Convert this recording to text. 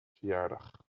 verjaardag